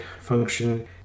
function